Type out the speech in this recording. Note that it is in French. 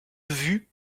vue